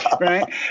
right